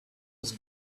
was